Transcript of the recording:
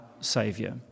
Saviour